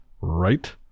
Right